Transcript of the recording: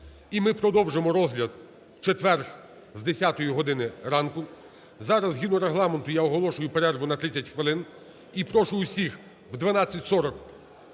і ми продовжимо розгляд в четвер з 10 години ранку. Зараз, згідно Регламенту, я оголошую перерву на 30 хвилин. І прошу усіх в 12:40